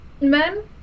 men